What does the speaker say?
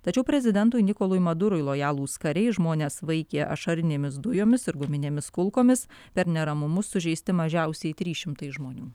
tačiau prezidentui nikolui madurui lojalūs kariai žmones vaikė ašarinėmis dujomis ir guminėmis kulkomis per neramumus sužeisti mažiausiai trys šimtai žmonių